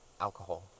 alcohol